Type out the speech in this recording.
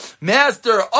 master